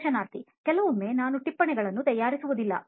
ಸಂದರ್ಶನಾರ್ಥಿ ಕೆಲವೊಮ್ಮೆ ನಾನು ಟಿಪ್ಪಣಿಗಳನ್ನು ತಯಾರಿಸುವುದಿಲ್ಲ